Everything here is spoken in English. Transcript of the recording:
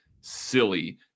silly